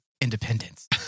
Independence